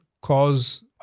cause